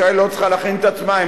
ישראל לא צריכה להכין את עצמה,